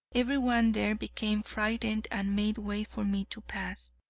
every one there became frightened and made way for me to pass.